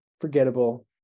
forgettable